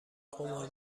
قمار